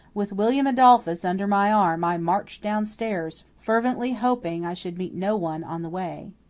with william adolphus under my arm i marched downstairs, fervently hoping i should meet no one on the way.